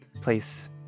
place